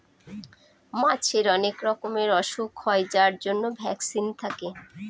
মাছের অনেক রকমের ওসুখ হয় যার জন্য ভ্যাকসিন থাকে